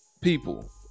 people